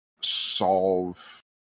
solve